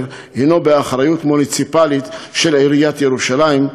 הם באחריות מוניציפלית של עיריית ירושלים,